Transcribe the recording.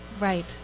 Right